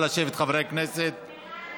סעיפים 1